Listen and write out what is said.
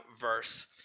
verse